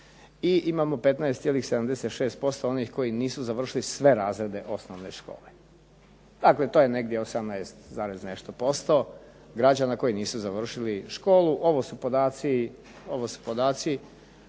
i imamo 15,76% onih koji nisu završili sve razrede osnovne škole, dakle to je negdje 18 nešto posto građana koji nisu završili školu. Ovo su podaci